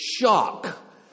shock